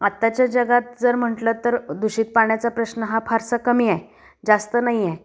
आत्ताच्या जगात जर म्हटलं तर दूषित पाण्याचा प्रश्न हा फारसा कमी आहे जास्त नाही आहे